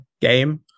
game